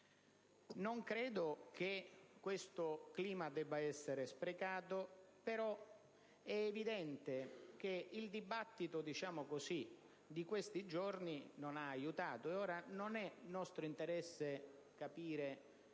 Non credo che questo clima debba essere sprecato, però è evidente che il dibattito di questi giorni non ha aiutato. Ora non è nostro interesse capire